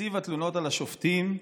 נציב התלונות על השופטים,